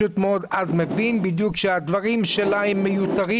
אז מבין בדיוק שהדברים שלה מיותרים.